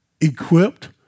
equipped